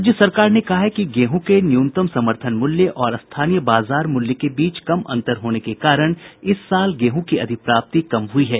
राज्य सरकार ने कहा है कि गेहूं के न्यूनतम समर्थन मूल्य और स्थानीय बाजार मूल्य के बीच कम अंतर होने के कारण इस साल गेहूं की अधिप्राप्ति कम हुई है